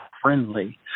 Friendly